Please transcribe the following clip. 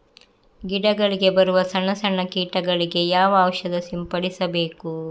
ಗಿಡಗಳಿಗೆ ಬರುವ ಸಣ್ಣ ಸಣ್ಣ ಕೀಟಗಳಿಗೆ ಯಾವ ಔಷಧ ಸಿಂಪಡಿಸಬೇಕು?